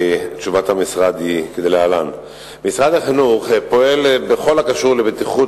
תשובת המשרד היא כדלהלן: 1 4. משרד החינוך פועל בכל הקשור לבטיחות